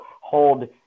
hold